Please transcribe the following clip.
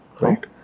Right